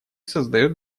создает